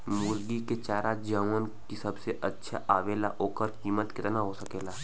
मुर्गी के चारा जवन की सबसे अच्छा आवेला ओकर कीमत केतना हो सकेला?